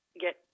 get